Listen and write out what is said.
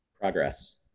Progress